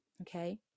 okay